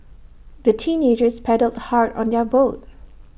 the teenagers paddled hard on their boat